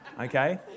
okay